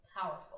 powerful